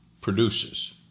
produces